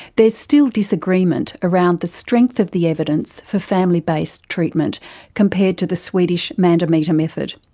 there's still disagreement around the strength of the evidence for family based treatment compared to the swedish mandometer method,